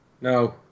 no